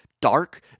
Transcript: dark